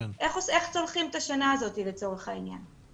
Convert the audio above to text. איך צולחים את השנה הזאת לצורך העניין?